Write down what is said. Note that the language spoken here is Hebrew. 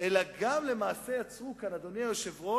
אלא גם, למעשה, יצרו כאן, אדוני היושב-ראש,